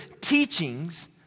teachings